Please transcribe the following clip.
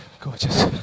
Gorgeous